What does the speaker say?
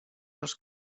els